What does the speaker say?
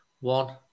one